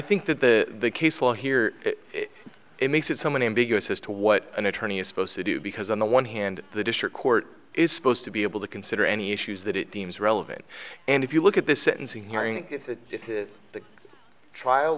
think that the case law here it makes it someone ambiguous as to what an attorney is supposed to do because on the one hand the district court is supposed to be able to consider any issues that it deems relevant and if you look at the sentencing hearing and give it to the trial